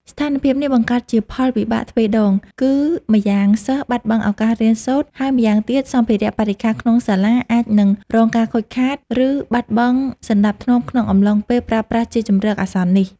ស្ថានភាពនេះបង្កើតជាផលវិបាកទ្វេដង គឺម្យ៉ាងសិស្សបាត់បង់ឱកាសរៀនសូត្រ ហើយម្យ៉ាងទៀតសម្ភារៈបរិក្ខារក្នុងសាលាអាចនឹងរងការខូចខាត ឬបាត់បង់សណ្តាប់ធ្នាប់ក្នុងអំឡុងពេលប្រើប្រាស់ជាជម្រកអាសន្ននោះ។